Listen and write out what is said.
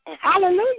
Hallelujah